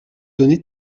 donné